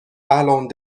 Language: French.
allant